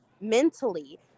mentally